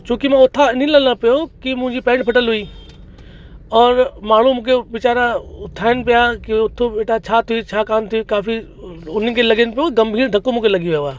छोकी मां उथां इन लाइ न पियो की मुंहिंजी पैंट फटियलु हुई औरि माण्हू मूंखे वीचारा उथारनि पिया की उथ बेटा छा थियो छा कोन थियो काफ़ी उन्हनि खे लॻनि पियो गंभीर धक मूंखे लॻी वियो आहे